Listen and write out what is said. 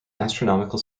astronomical